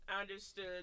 understood